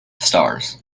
stars